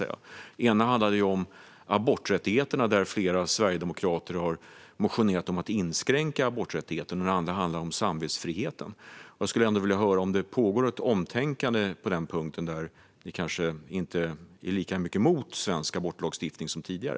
Den ena handlade om aborträttigheterna, där flera sverigedemokrater har motionerat om att inskränka aborträttigheterna. Den andra handlade om samvetsfriheten. Jag skulle ändå vilja höra om det pågår ett omtänkande på den punkten och att ni kanske inte är lika mycket emot svensk abortlagstiftning som tidigare.